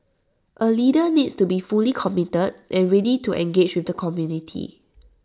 A leader needs to be fully committed and ready to engage with the community